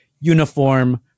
uniform